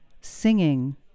singing